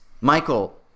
Michael